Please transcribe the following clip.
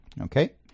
okay